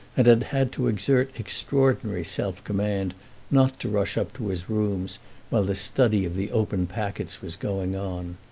and had had to exert extraordinary self-command not to rush up to his rooms while the study of the open packets was going on.